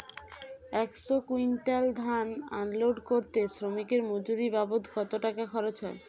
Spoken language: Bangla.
একশো কুইন্টাল ধান আনলোড করতে শ্রমিকের মজুরি বাবদ কত টাকা খরচ হয়?